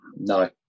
No